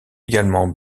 également